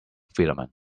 filament